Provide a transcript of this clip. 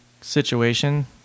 situation